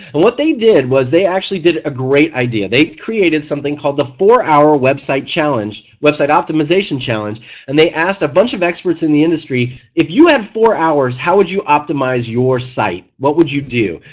and what they did is they actually did a great idea. they created something called the four hour website challenge, website optimization challenge and they asked a bunch of experts in the industry if you had four hours how would you optimize your site? what would you do?